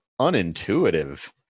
unintuitive